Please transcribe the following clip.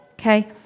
Okay